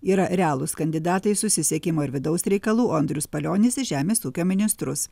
yra realūs kandidatai susisiekimo ir vidaus reikalų andrius palionis žemės ūkio ministrus